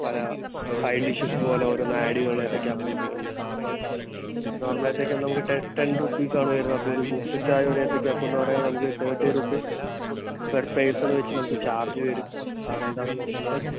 പല side dishes പോലെ ഓരോന്ന് ആഡെയ്തൊള്ള ഏത്തയ്ക്കാപ്പം ഉണ്ട് അപ്പോള് നോർമലേത്തയ്ക്കാപ്പം നമുക്ക് ടെൻ ടെൻ റുപ്പീസാണ് വരുന്നത് അപ്പോള് ഒരു ബൂസ്റ്റർ ചായയും ഒരു ഏത്തയ്ക്കാപ്പവും എന്നു പറയുന്ന നമുക്ക് തേർട്ടി റുപ്പീസ് പെർ പേഴ്സണ് വച്ച് നമുക്ക് ചാർജ് വരും ആ റേറ്റാണോ നോക്കുന്നത്